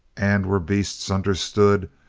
and were beasts understood,